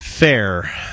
Fair